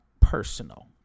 personal